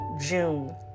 June